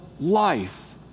Life